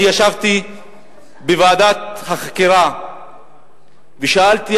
אני ישבתי בוועדת החקירה ושאלתי,